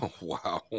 Wow